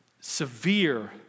severe